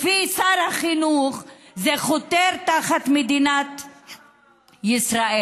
לפי שר החינוך, זה חותר תחת מדינת ישראל.